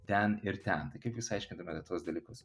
ten ir ten tai kaip jūs aiškintumėte tuos dalykus